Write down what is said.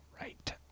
Right